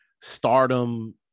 stardom